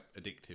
addictive